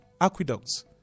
Aqueducts